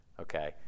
okay